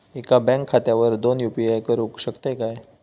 एका बँक खात्यावर दोन यू.पी.आय करुक शकतय काय?